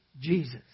Jesus